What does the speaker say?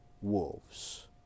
wolves